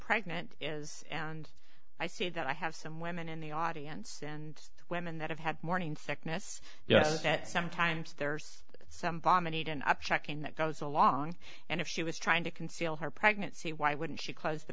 pregnant is i see that i have some women in the audience and women that have had morning sickness yes at some times there's some bomb uneaten up checking that goes along and if she was trying to conceal her pregnancy why wouldn't she close t